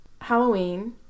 Halloween